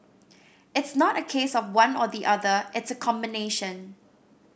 it's not a case of one or the other it's a combination